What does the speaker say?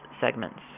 segments